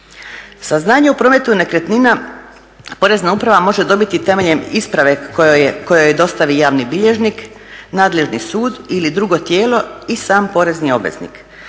Saznanje o prometu nekretnina Porezna uprava može dobiti temeljem isprave koju joj dostavi javni bilježnik, nadležni sud ili drugo tijelo i sam porezni obveznik.